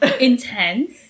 intense